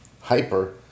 hyper